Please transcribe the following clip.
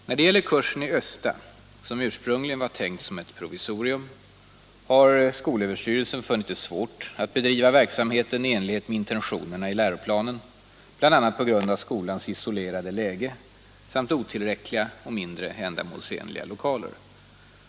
När det gäller kursen i Östa — som ursprungligen var tänkt som ett provisorium — har SÖ funnit det svårt att bedriva verksamheten i enlighet med intentionerna i läroplanen bl.a. på grund av skolans isolerade läge samt otillräckliga och mindre ändamålsenliga lokaler.